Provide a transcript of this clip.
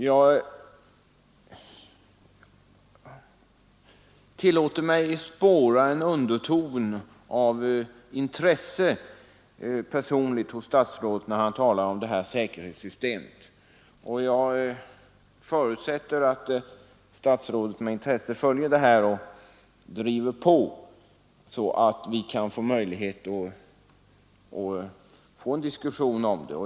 Jag tycker mig spåra en underton av personligt intresse hos statsrådet, när han talar om säkerhetssystemet, och jag förutsätter att statsrådet med intresse följer frågorna och driver på så att vi kan få möjlighet till en ny diskussion.